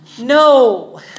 No